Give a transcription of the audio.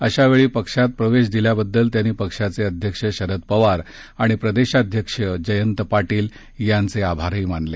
अशावेळी पक्षात प्रवेश दिल्याबद्दल त्यांनी पक्षाचे अध्यक्ष शरद पवार आणि प्रदेशाध्यक्ष जयंत पाटील यांचे आभारही मानले